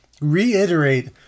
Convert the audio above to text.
reiterate